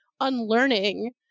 unlearning